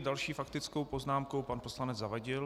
S další faktickou poznámkou pan poslanec Zavadil.